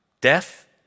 death